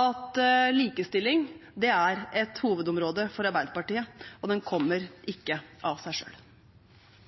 at likestilling er et hovedområde for Arbeiderpartiet, og den kommer ikke av seg selv. Det nærmer seg jul. Vi er inne i